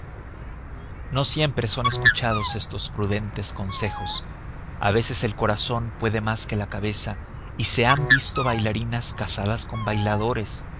no siempre son escuchados estos prudentes consejos a veces el corazón puede más que la cabeza y se han visto bailarinas casadas con bailadores